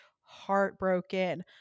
heartbroken